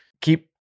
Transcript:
keep